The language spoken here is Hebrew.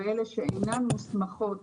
ואלה שאינן מוסמכות